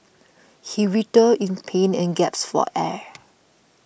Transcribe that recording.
he writhed in pain and gasped for air